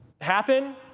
happen